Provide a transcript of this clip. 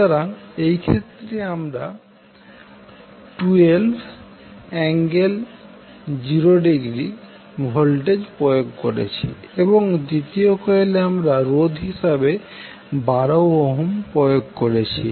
সুতরাং এই ক্ষেত্রে আমরা120°ভোল্টেজ প্রয়োগ করেছি এবং দ্বিতীয় কয়েলে আমরা রোধ হিসাবে 12 ওহম প্রয়োগ করেছি